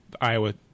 Iowa